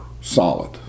solid